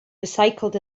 recycled